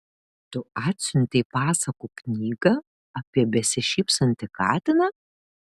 tu atsiuntei pasakų knygą apie besišypsantį katiną